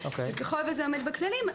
ככל שזה עומד בכללים,